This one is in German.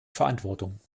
verantwortung